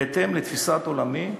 בהתאם לתפיסת עולמי,